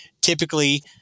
typically